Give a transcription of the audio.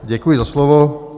Děkuji za slovo.